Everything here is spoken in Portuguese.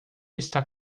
está